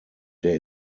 der